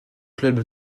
club